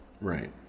Right